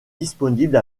disponible